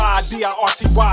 D-I-R-T-Y